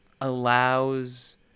allows